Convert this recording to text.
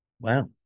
Wow